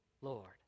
Lord